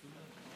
קודם כול,